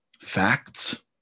facts